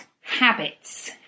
habits